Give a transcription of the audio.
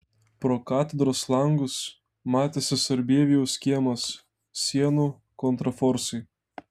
pro katedros langus matėsi sarbievijaus kiemas sienų kontraforsai